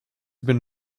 been